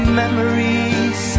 memories